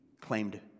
claimed